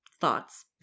thoughts